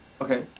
Okay